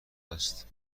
است